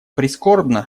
прискорбно